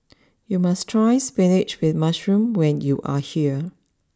you must try spinach with Mushroom when you are here